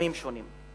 בתחומים שונים.